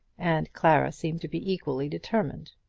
and clara seemed to be equally determined.